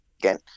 again